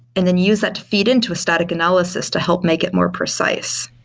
and then you use that to feed into a static analysis to help make it more precise.